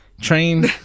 train